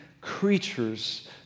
creatures